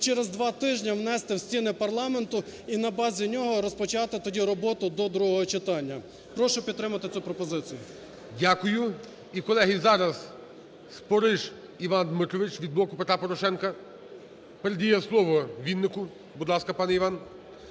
через два тижні внести у стіни парламенту і на базі нього розпочати тоді роботу до другого читання. Прошу підтримати цю пропозицію. ГОЛОВУЮЧИЙ. Дякую. І, колеги, зараз Спориш Іван Дмитрович від "Блоку Петра Порошенка". Передає слово Віннику. Будь ласка, пане Іване.